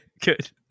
Good